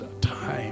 time